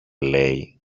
λέει